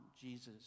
Jesus